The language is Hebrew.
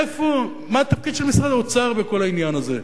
איפה, מה התפקיד של משרד האוצר בכל העניין הזה?